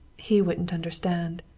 he wouldn't understand.